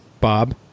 Bob